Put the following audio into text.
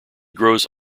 grows